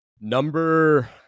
number